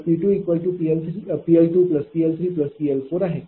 तर P2PL2PL3PL4आहे